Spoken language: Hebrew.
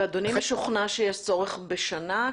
ואדוני משוכנע שיש צורך בשנה?